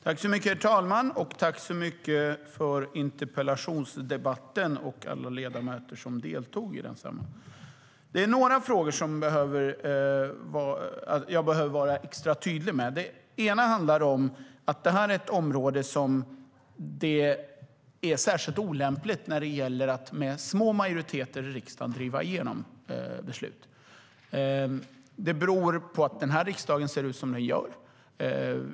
Herr talman! Tack för interpellationsdebatten! Tack, alla ledamöter som deltog i densamma! Det är några frågor som jag behöver vara extra tydlig med. En handlar om att detta är ett område där det är särskilt olämpligt att med små majoriteter i riksdagen driva igenom beslut. Det beror på att riksdagen ser ut som den gör.